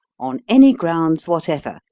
on any grounds whatever,